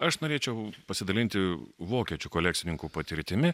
aš norėčiau pasidalinti vokiečių kolekcininkų patirtimi